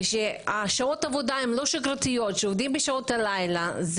ושעות העבודה הן לא שגרתיות ועובדים בשעות הלילה,